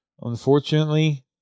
unfortunately